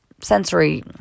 sensory